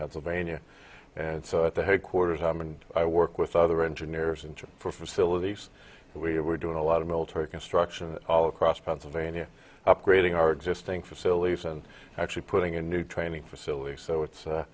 pennsylvania and so at the headquarters and i work with other engineers in turn for facilities that we have we're doing a lot of military construction all across pennsylvania upgrading our existing facilities and actually putting a new training facility so it's